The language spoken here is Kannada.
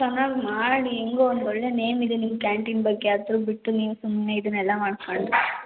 ಚೆನ್ನಾಗಿ ಮಾಡಿ ಹೇಗೋ ಒಂದು ಒಳ್ಳೆಯ ನೇಮಿದೆ ನಿಮ್ಮ ಕ್ಯಾಂಟೀನ್ ಬಗ್ಗೆ ಅದ್ ಬಿಟ್ಟು ನೀವು ಸುಮ್ಮನೆ ಇದನೆಲ್ಲ ಮಾಡ್ಕೊಂಡು